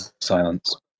silence